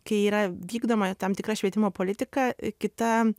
kai yra vykdoma tam tikra švietimo politika kita